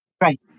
Right